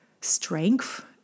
strength